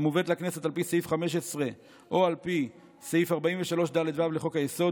המובאת לכנסת על פי סעיף 15 או 43ד(ו) לחוק-היסוד,